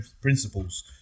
principles